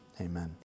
amen